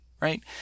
right